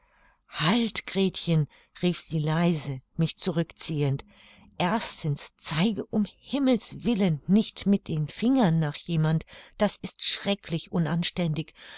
halt gretchen rief sie leise mich zurück ziehend erstens zeige um himmels willen nicht mit den fingern nach jemand das ist schrecklich unanständig